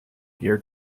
gear